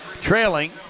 trailing